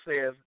says